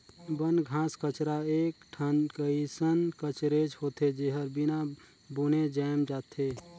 बन, घास कचरा एक ठन कइसन कचरेच होथे, जेहर बिना बुने जायम जाथे